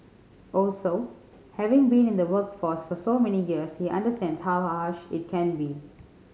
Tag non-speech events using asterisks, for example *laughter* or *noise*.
also having been in the workforce for so many years he understands how *unintelligible* harsh it can be